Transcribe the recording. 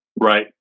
Right